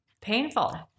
Painful